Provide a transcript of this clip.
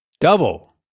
Double